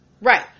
Right